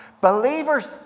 believers